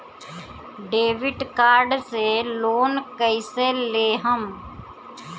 Debit card से loan कईसे लेहम?